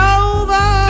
over